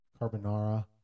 Carbonara